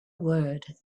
word